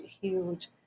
huge